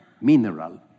mineral